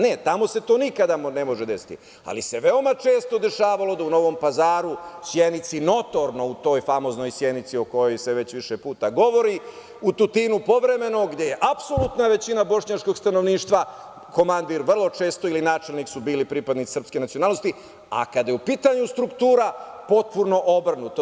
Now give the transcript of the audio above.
Ne, tamo se to nikada ne može desiti, ali se veoma često dešavalo da u Novom Pazaru, Sjenici, notorno u toj famoznoj Sjenici o kojoj se već više puta govori, u Tutinu povremeno gde je apsolutna većina bošnjačkog stanovništva, komandir vrlo često ili načelnik su bili pripadnici srpske nacionalnosti, a kada je u pitanju struktura potpuno obrnuto.